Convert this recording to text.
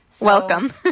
Welcome